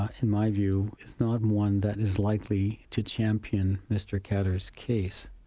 ah in my view, is not one that is likely to champion mr khadr's case.